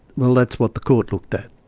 well, that's what the court looked at.